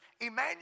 Emmanuel